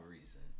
reason